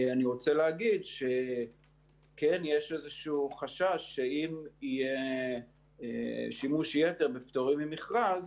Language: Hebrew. אני רוצה להגיד שכן יש איזשהו חשש שאם יהיה שימוש יתר בפטורים ממכרז,